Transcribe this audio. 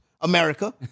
America